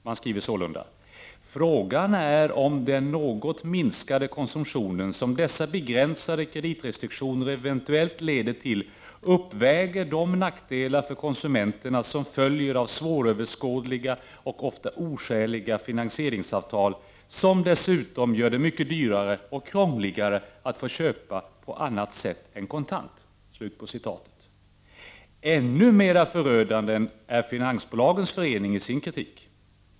Konsumentverket skriver: Frågan är om den något minskade konsumtionen som dessa begränsade kreditrestriktioner eventuellt leder till uppväger de nackdelar för konsumenterna som följer av svåröverskådliga och ofta oskäliga finansieringsavtal som dessutom gör det mycket dyrare och krångligare att få köpa på annat sätt än kontant. Ännu mer förödande är Finansbolagens förening i sin kritik.